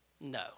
No